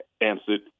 answered